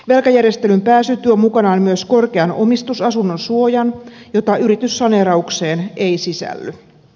velkajärjestelyyn pääsy tuo mukanaan myös korkean omistusasunnon suojan jota yrityssaneeraukseen ei sisälly